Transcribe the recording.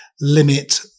limit